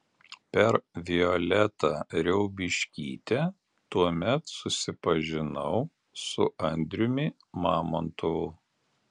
per violetą riaubiškytę tuomet susipažinau su andriumi mamontovu